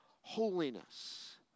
holiness